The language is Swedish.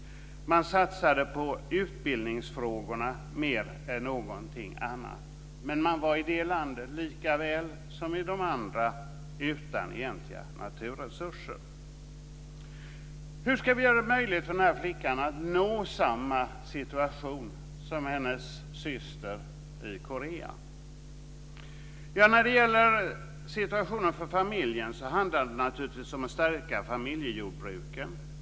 Man satsade på utbildningsfrågorna mer än på någonting annat. Men man var i det landet lika väl som i andra utan egentliga naturresurser. Hur ska vi göra det möjligt för den här flickan att nå samma situation som hennes syster i Korea? Ja, när det gäller situationen för familjen handlar det naturligtvis om att stärka familjejordbruken.